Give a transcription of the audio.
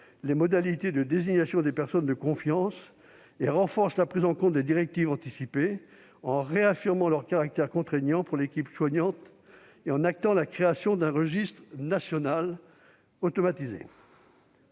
les modalités de désignation des personnes de confiance et renforce la prise en compte des directives anticipées, en réaffirmant leur caractère contraignant pour l'équipe soignante et en actant la création d'un registre national automatisé.